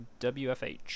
WFH